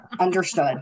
Understood